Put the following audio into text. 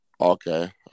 Okay